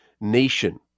nation